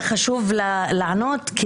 חשוב לענות,